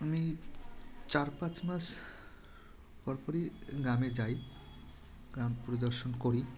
আমি চার পাঁচ মাস হওয়ার পরই গ্রামে যাই গ্রাম পরিদর্শন করি